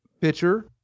pitcher